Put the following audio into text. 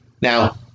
Now